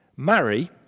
Marry